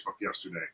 yesterday